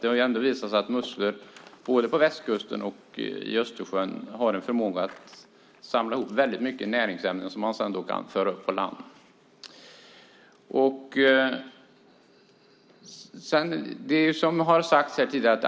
Det har visat sig att musslor både på västkusten och i Östersjön har en förmåga att samla ihop väldigt mycket näringsämnen som man sedan kan föra upp på land. Allting tar tid, som har sagts här tidigare.